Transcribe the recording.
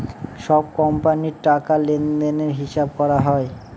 সব কোম্পানির টাকা লেনদেনের হিসাব করা হয়